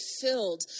filled